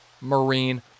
Marine